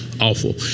Awful